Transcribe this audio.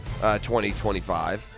2025